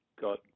got